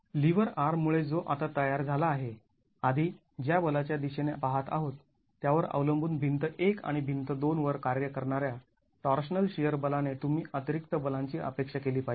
liver आर्ममुळे जो आता तयार झाला आहे आधी ज्या बलाच्या दिशेने पाहत आहोत त्यावर अवलंबून भिंत १ आणि भिंत २ वर कार्य करणाऱ्या टॉर्शनल शिअर बलाने तुम्ही अतिरिक्त बलांची अपेक्षा केली पाहिजे